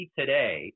today